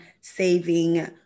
saving